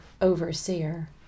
overseer